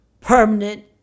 permanent